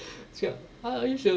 cakap ah are you sure